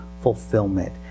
fulfillment